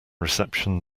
reception